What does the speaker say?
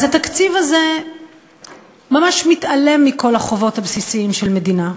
אז התקציב הזה ממש מתעלם מכל החובות הבסיסיות של מדינה.